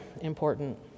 important